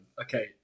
okay